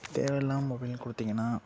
தேவை இல்லாமல் மொபைல் கொடுத்தீங்கன்னா